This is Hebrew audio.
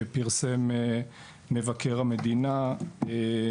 שפרסם מבקר המדינה.